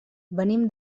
venim